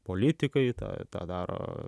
politikai tą tą daro